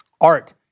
art